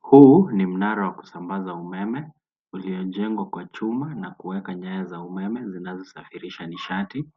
Huu ni mnara wa kusambaza umeme uliojengwa kwa chuma na kuweka nyaya za umeme zinazosafirisha nishati.